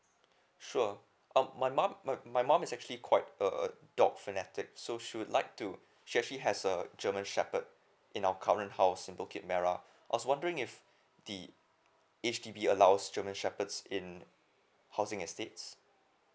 sure um my mum my my mum is actually quite a a dog frenetic so she like to she actually has a german shepherd in our current house in bukit merah I was wondering if the H_D_B allows german shepherds in housing estates